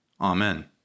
Amen